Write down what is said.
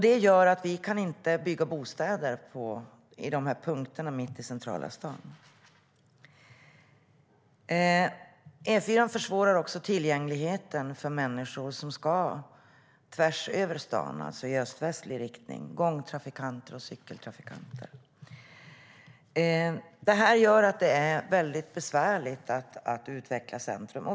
Det gör att vi inte kan bygga bostäder vid dessa punkter, som ligger mitt i centrala stan. Det här gör att det är besvärligt att utveckla centrum.